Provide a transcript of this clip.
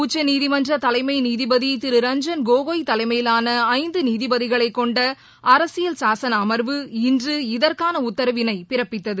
உச்சநீதிமன்ற தலைமை நீதிபதி திரு ரஞ்சன் கோகோய் தலைமையிலான ஐந்து நீதிபதிகளைக் கொண்ட அரசியல் சாசன அமர்வு இன்று இதற்காள உத்தரவினை பிறப்பித்தது